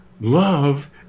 love